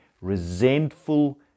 resentful